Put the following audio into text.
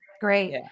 Great